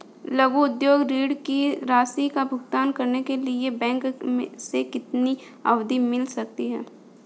लघु उद्योग ऋण की राशि का भुगतान करने के लिए बैंक से कितनी अवधि मिल सकती है?